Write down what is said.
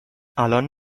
الان